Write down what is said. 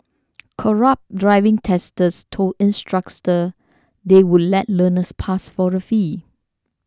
corrupt driving testers told instructors they would let learners pass for a fee